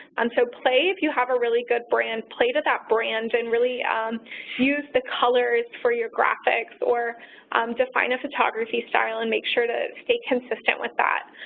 and so play, if you have a really good brand, play to that brand and really use the colors for your graphics or define a photography style and make sure to stay consistent with tha.